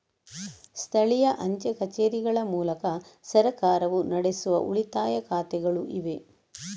ಸ್ಥಳೀಯ ಅಂಚೆ ಕಚೇರಿಗಳ ಮೂಲಕ ಸರ್ಕಾರವು ನಡೆಸುವ ಉಳಿತಾಯ ಖಾತೆಗಳು ಇವೆ